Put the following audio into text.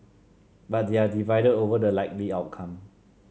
but they are divided over the likely outcome